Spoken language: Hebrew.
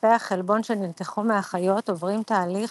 רצפי החלבון שנלקחו מהחיות עוברים תהליך